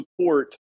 support